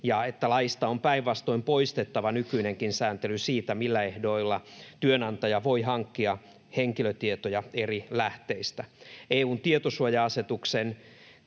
ja että laista on päinvastoin poistettava nykyinenkin sääntely siitä, millä ehdoilla työnantaja voi hankkia henkilötietoja eri lähteistä.